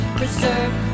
preserve